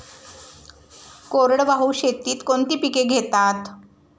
कोरडवाहू शेतीत कोणती पिके घेतात?